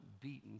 beaten